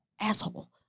Asshole